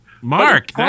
Mark